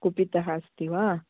कुपितः अस्ति वा